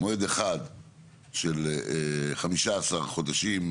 מועד אחד של 15 חודשים,